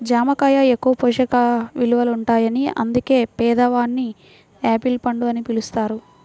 జామ కాయ ఎక్కువ పోషక విలువలుంటాయని అందుకే పేదవాని యాపిల్ పండు అని పిలుస్తారు